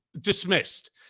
dismissed